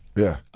yeah.